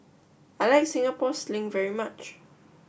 I like Singapore Sling very much